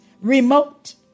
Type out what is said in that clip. Remote